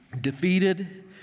defeated